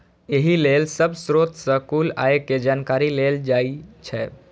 एहि लेल सब स्रोत सं कुल आय के जानकारी लेल जाइ छै